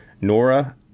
Nora